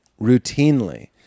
routinely